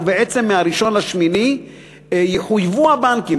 ובעצם מ-1 באוגוסט יחויבו הבנקים,